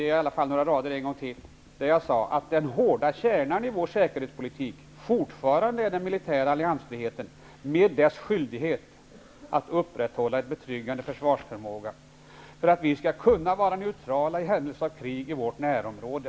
I betänkandet står: Den hårda kärnan i vår säkerhetspolitik är fortfarande den militära alliansfriheten med dess skyldighet att upprätthålla en betryggande försvarsförmåga för att vi skall kunna vara neutrala i händelse av krig i vårt närområde.